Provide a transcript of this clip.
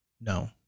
No